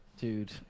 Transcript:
dude